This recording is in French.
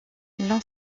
l’on